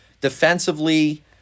Defensively